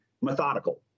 methodical